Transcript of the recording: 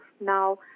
now